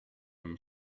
him